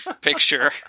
picture